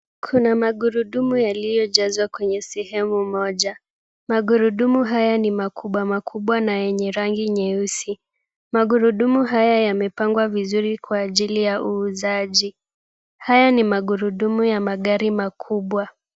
Kuna magurudumu yaliyojazwa kwenye sehemu moja. Magurudumu haya ni makubwa makubwa yenye rangi nyeusi. Magurudumu haya yamepangwa vizuri kwa ajili ya uuzaji. Haya ni magurudumu ya magari makubwa.